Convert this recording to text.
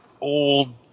old